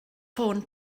ffôn